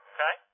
Okay